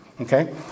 okay